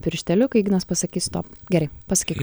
piršteliu kai ignas pasakys sto gerai pasakyk